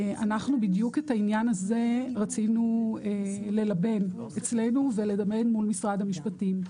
בדיוק את העניין הזה אנחנו רצינו ללבן אצלנו וללבן מול משרד המשפטים.